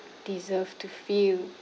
deserve to feel